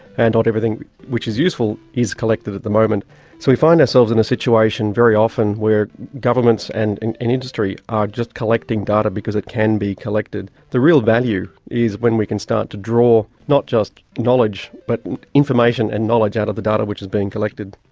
and not everything which is useful is collected at the moment. so we find ourselves in a situation very often where governments and and industry are just collecting data because it can be collected. the real value is when we can start to draw not just knowledge but information and knowledge out of the data which is being collected.